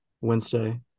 wednesday